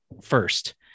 first